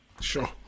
Sure